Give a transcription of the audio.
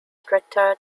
stricter